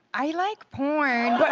i like porn, but